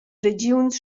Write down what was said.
regiuns